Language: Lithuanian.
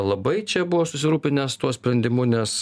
labai čia buvo susirūpinęs tuo sprendimu nes